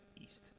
east